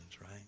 right